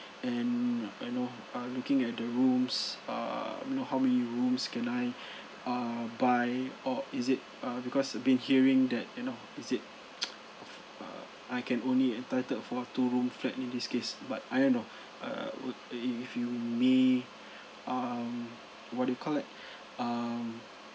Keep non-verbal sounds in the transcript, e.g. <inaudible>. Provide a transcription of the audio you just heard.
and you know uh looking at the rooms err you know how many rooms can I err buy or is it uh because I've been hearing that you know is it <noise> uh I can only entitled for two room flat in this case but I don't know err would if you may um what do you call that um